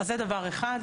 אז זה דבר אחד,